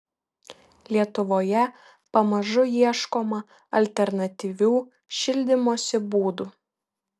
lietuvoje pamažu ieškoma alternatyvių šildymosi būdų